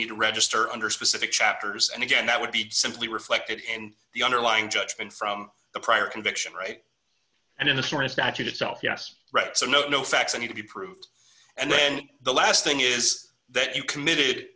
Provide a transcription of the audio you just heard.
need to register under specific chapters and again that would be simply reflected in the underlying judgment from a prior conviction right and in the sort of statute itself yes right so no facts and you to be proved and then the last thing is that you committed